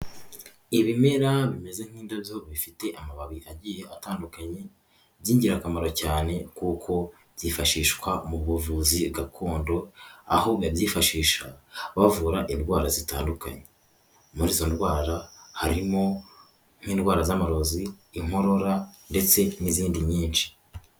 Ibimera bimeze nk'indabyo bifite amababi agiye atandukanye by'ingirakamaro cyane kuko byifashishwa mu buvuzi gakondo, aho babyifashisha bavura indwara zitandukanye. Muri izo ndwara harimo nk'indwara z'amarozi, inkorora ndetse n'izindi nyinshi.